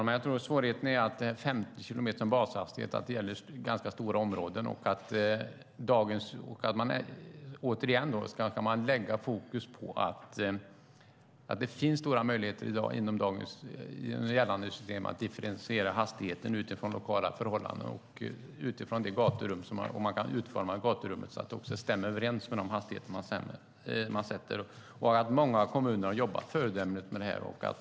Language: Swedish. Fru talman! Svårigheten är att det gäller ganska stora områden. Återigen vill jag lägga fokus på att det i gällande system finns stora möjligheter att differentiera hastigheten utifrån lokala förhållanden, och man kan utforma gaturummet så att det stämmer överens med den hastighet man sätter. Många kommuner har jobbat föredömligt med det här.